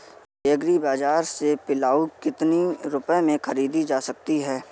Agree बाजार से पिलाऊ कितनी रुपये में ख़रीदा जा सकता है?